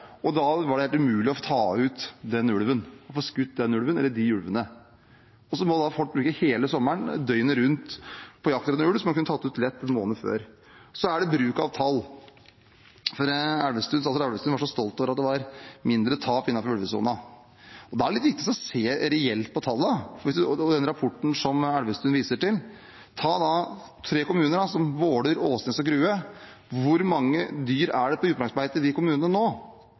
det helt umulig å ta ut den ulven, å få skutt den ulven, eller de ulvene. Så måtte folk bruke hele sommeren døgnet rundt på jakt etter en ulv som man lett kunne tatt ut en måned før. Så gjelder det bruk av tall: Statsråd Elvestuen var så stolt over at det var mindre tap innenfor ulvesonen. Da er det litt viktig å se reelt på tallene. Når det gjelder den rapporten som Elvestuen viser til, ta f.eks. tre kommuner som Våler, Åsnes og Grue – hvor mange dyr er det på utmarksbeite i de kommunene nå?